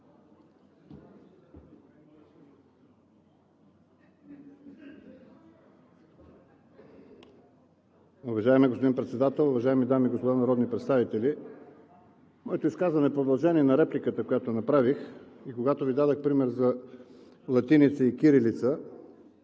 Уважаеми господин Председател, уважаеми дами и господа народни представители! Моето изказване е в продължение на репликата, която направих, когато Ви дадох пример за латиница и кирилица.